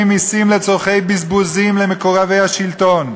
מסים לצורכי בזבוזים למקורבי השלטון.